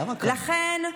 לכן,